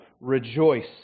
rejoice